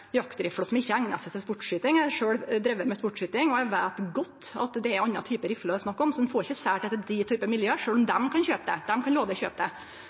som ikkje eignar seg til sportsskyting. Eg har sjølv drive med sportsskyting, og eg veit godt at det er ei anna type rifle det er snakk om, så ein får ikkje seld dei til den typen miljø, sjølv om dei kan kjøpe dei. Dei kan